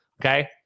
Okay